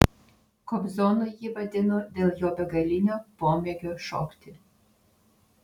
kobzonu jį vadinu dėl jo begalinio pomėgio šokti